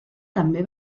també